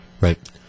Right